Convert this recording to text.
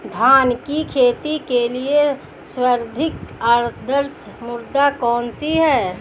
धान की खेती के लिए सर्वाधिक आदर्श मृदा कौन सी है?